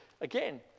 again